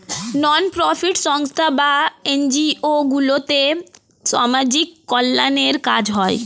নন profit সংস্থা বা NGO গুলোতে সামাজিক কল্যাণের কাজ হয়